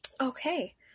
Okay